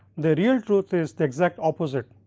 the real truth is the exact opposite,